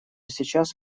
сейчас